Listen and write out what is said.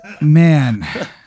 man